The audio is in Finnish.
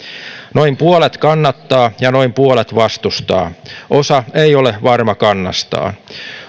noin puolet kannattaa ja noin puolet vastustaa osa ei ole varma kannastaan